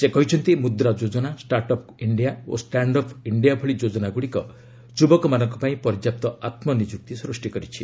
ସେ କହିଛନ୍ତି ମ୍ବଦ୍ରା ଯୋଜନା ଷ୍ଟାର୍ଟ୍ ଅପ୍ ଇଣ୍ଡିଆ ଓ ଷ୍ଟାଣ୍ଡ ଅପ୍ ଇଣ୍ଡିଆ ଭଳି ଯୋଜନାଗୁଡ଼ିକ ଯୁବକମାନଙ୍କ ପାଇଁ ପର୍ଯ୍ୟାପ୍ତ ଆତ୍ମନିଯୁକ୍ତି ସୃଷ୍ଟି କରିଛି